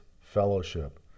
fellowship